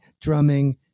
drumming